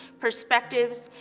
perspectives,